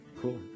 Cool